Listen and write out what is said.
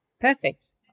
Perfect